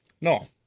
no